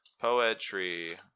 poetry